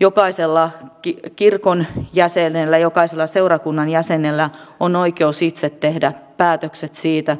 jokaisella kirkon jäsenellä jokaisella seurakunnan jäsenellä on oikeus itse tehdä päätökset siitä